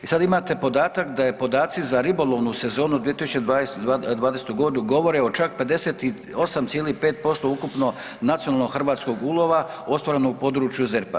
I sada imate podatak da su podaci za ribolovnu sezonu 2020.g. govore o čak 58,5% ukupno nacionalnog hrvatskog ulova ostvareno u području ZERP-a.